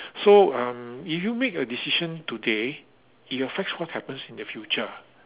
so um if you make a decision today it affects what happens in the future